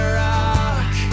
rock